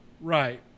right